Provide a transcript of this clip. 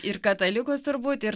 ir katalikus turbūt